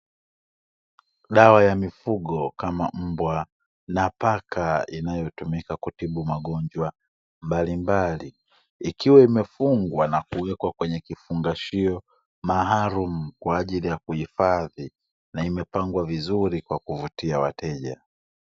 Dawa ya mifugo kama mbwa na paka inayotumika kutibu magonjwa mbalimbali, ikiwa imefungwa na kuwekwa kwenye kifungashio maalumu kwa ajili ya kuhifadhi na imepangwa vizuri kwa ajili ya kuvutia wateja.